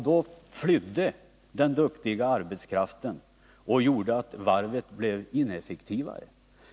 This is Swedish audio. Då flydde den duktiga arbetskraften, vilket gjorde att varvet blev mindre effektivt.